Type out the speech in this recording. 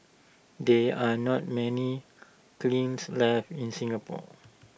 there are not many cleans left in Singapore